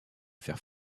faire